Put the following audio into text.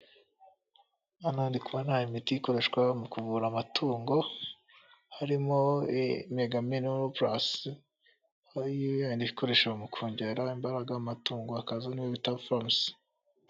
Hano ndi kubona imiti ikoreshwa mu kuvura amatungo. Harimo mega mino pulasi ariyo ya yindi ikoreshwa mu kongerare imbaraga amatungo, hakaza ni uwo bita foruse.